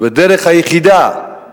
והדרך היחידה שבה